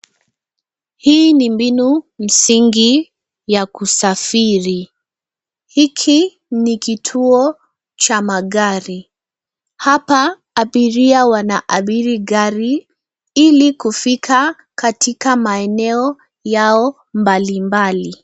Hii ni mbinu msingi ya kusafiri. Hiki ni kituo cha magari. Hapa abiria wanaabiri gari ili kufika katika maeneo yao mbalimbali.